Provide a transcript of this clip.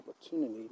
opportunity